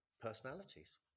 personalities